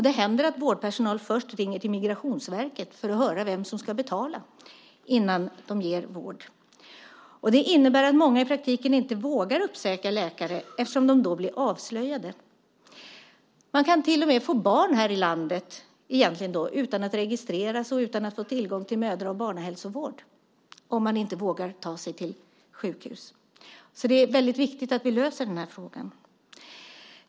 Det händer att vårdpersonal först ringer till Migrationsverket för att höra vem som ska betala innan de ger vård. Det innebär att många i praktiken inte vågar uppsöka läkare eftersom de då blir avslöjade. Man kan egentligen till och med få barn här i landet utan att registreras och utan att få tillgång till mödra och barnhälsovård, om man inte vågar ta sig till sjukhus. Det är väldigt viktigt att vi löser den här frågan.